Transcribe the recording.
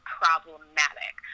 problematic